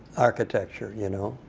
architecture, you know,